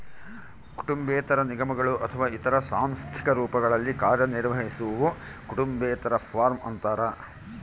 ಕುಟುಂಬೇತರ ನಿಗಮಗಳು ಅಥವಾ ಇತರ ಸಾಂಸ್ಥಿಕ ರೂಪಗಳಲ್ಲಿ ಕಾರ್ಯನಿರ್ವಹಿಸುವವು ಕುಟುಂಬೇತರ ಫಾರ್ಮ ಅಂತಾರ